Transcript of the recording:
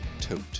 tote